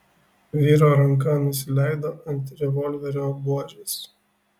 vyro ranka nusileido ant revolverio buožės